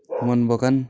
मोहन बगान